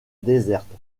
déserte